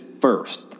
first